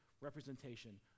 representation